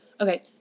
Okay